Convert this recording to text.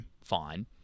Fine